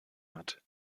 hat